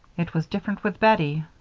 it was different with bettie.